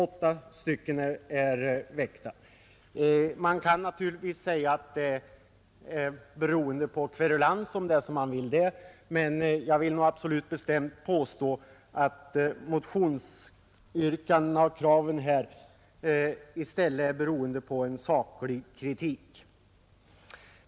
Man kan naturligtvis säga att de är beroende på kverulans, om man så önskar, men jag vill bestämt påstå att motionsyrkandena och kraven i stället bygger på en saklig kritik.